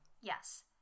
Yes